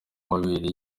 amabere